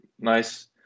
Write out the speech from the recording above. nice